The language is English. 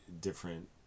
different